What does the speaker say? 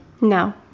No